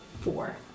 four